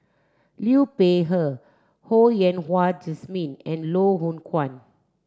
Liu Peihe Ho Yen Wah Jesmine and Loh Hoong Kwan